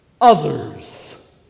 others